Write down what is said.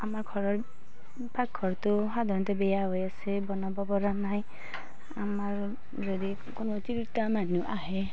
আমাৰ ঘৰৰ পাকঘৰটো সাধাৰণতে বেয়া হৈ আছে বনাব পৰা নাই আমাৰ হেৰি কোনো তিৰোতা মানুহ আহে